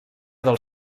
del